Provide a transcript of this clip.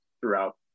throughout